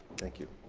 thank you.